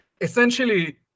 essentially